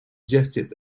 justice